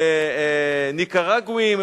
ניקרגואים,